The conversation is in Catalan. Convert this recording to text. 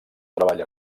treball